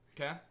okay